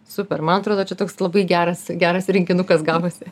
super man atrodo čia toks labai geras geras rinkinukas gavosi